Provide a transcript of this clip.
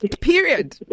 Period